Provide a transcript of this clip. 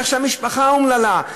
איך המשפחה אומללה,